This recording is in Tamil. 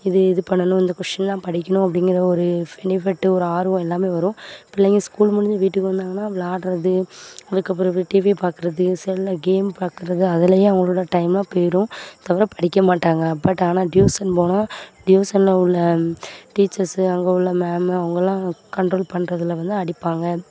இது இது பண்ணணும் இந்த கொஷ்ன்லாம் படிக்கணும் அப்படிங்கிற ஒரு ஃபெனிஃபிட்டு ஒரு ஆர்வம் எல்லாமே வரும் பிள்ளைங்க ஸ்கூல் முடிஞ்சி வீட்டுக்கு வந்தாங்கனால் விளாடுறது அதுக்கப்புறவு டிவி பார்க்குறது செல்லில் கேம் பார்க்குறது அதுலையே அவங்களோட டைம் போய்டும் தவிர படிக்க மாட்டாங்க பட் ஆனால் டியூசன் போனால் டியூசனில் உள்ள டீச்சர்ஸு அங்கே உள்ள மேமு அவங்களாம் கண்ட்ரோல் பண்ணுறதுல வந்து அடிப்பாங்க